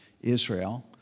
Israel